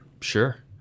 Sure